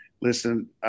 listen